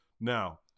Now